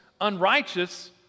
unrighteous